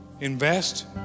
invest